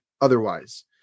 otherwise